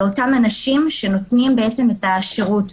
לאותם האנשים שנותנים את השירות.